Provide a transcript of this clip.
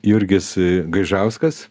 jurgis gaižauskas